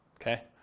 okay